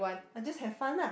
I just have fun lah